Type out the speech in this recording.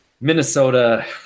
Minnesota